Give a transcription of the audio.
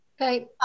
Okay